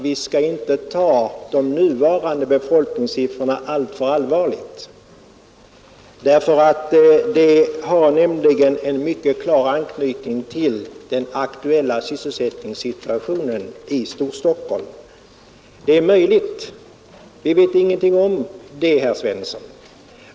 Vi skall inte ta de nuvarande befolkningssiffrorna alltför allvarligt, säger herr Svensson, eftersom de har en mycket klar anknytning till den aktuella sysselsättningssituationen i Storstockholm. Det är möjligt. Vi vet ingenting om det, herr Svensson.